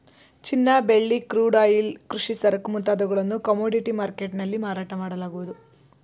ಚಿನ್ನ, ಬೆಳ್ಳಿ, crude oil, ಕೃಷಿ ಸರಕು ಮುಂತಾದವುಗಳನ್ನು ಕಮೋಡಿಟಿ ಮರ್ಕೆಟ್ ನಲ್ಲಿ ಮಾರಾಟ ಮಾಡಲಾಗುವುದು